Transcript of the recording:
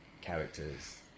characters